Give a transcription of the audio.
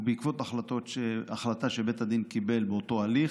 בעקבות החלטה שבית הדין קיבל באותו הליך,